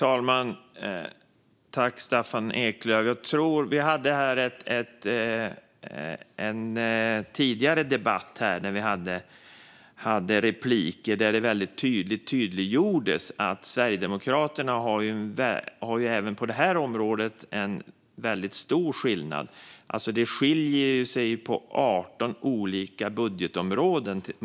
Fru talman! Vi hade en tidigare debatt här med repliker där det gjordes väldigt tydligt att Sverigedemokraterna även på detta område skiljer sig väldigt mycket - man skiljer sig från regeringen på 18 olika budgetområden.